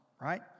right